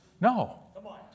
No